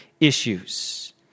issues